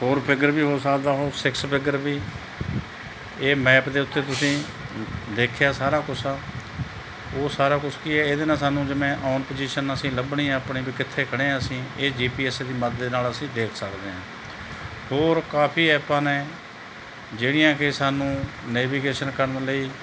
four figure ਵੀ ਹੋ ਸਕਦਾ ਉਹ ਸਿਕਸ ਫਿੱਗਰ ਵੀ ਇਹ ਮੈਪ ਦੇ ਉੱਤੇ ਤੁਸੀਂ ਦੇਖਿਆ ਸਾਰਾ ਕੁਛ ਉਹ ਸਾਰਾ ਕੁਛ ਕੀ ਹੈ ਇਹਦੇ ਨਾਲ ਸਾਨੂੰ ਜਿਵੇਂ ਓਨ ਪਜੀਸ਼ਨ ਅਸੀਂ ਲੱਭਣੀ ਹੈ ਆਪਣੀ ਵੀ ਕਿੱਥੇ ਖੜ੍ਹੇ ਐਂ ਅਸੀਂ ਇਹ ਜੀ ਪੀ ਐੱਸ ਦੀ ਮਦਦ ਦੇ ਨਾਲ ਅਸੀਂ ਦੇਖ ਸਕਦੇ ਐ ਹੋਰ ਕਾਫ਼ੀ ਐਪਾਂ ਨੇ ਜਿਹੜੀਆਂ ਕਿ ਸਾਨੂੰ ਨੈਵੀਗੇਸ਼ਨ ਕਰਨ ਲਈ